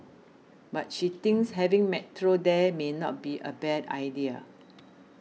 but she thinks having Metro there may not be a bad idea